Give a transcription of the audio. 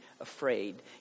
afraid